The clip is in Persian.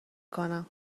کنم